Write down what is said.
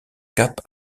cape